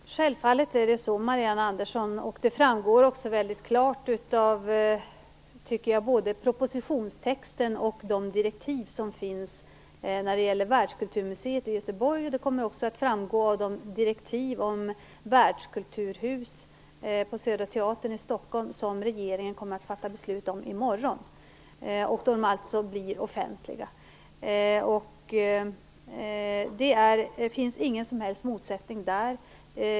Herr talman! Självfallet är det så, Marianne Andersson. Det framgår också väldigt klart både av propositionstexten och av de direktiv som finns när det gäller världskulturmuseet i Göteborg, och det kommer också att framgå av de direktiv om världskulturhus på Södra Teatern i Stockholm som regeringen kommer att fatta beslut om i morgon, då de blir offentliga. Det finns ingen som helst motsättning där.